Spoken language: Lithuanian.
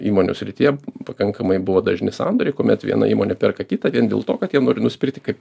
įmonių srityje pakankamai buvo dažni sandoriai kuomet viena įmonė perka kitą vien dėl to kad jie nori nusipirkti kaip